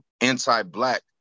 anti-Black